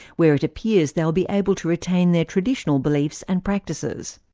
where it appears they will be able to retain their traditional beliefs and practices.